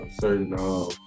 certain